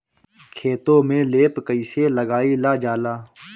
खेतो में लेप कईसे लगाई ल जाला?